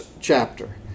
chapter